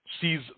sees